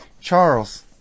Charles